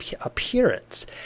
appearance